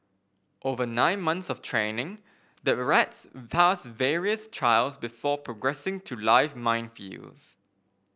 over nine months of training the rats pass various trials before progressing to live minefields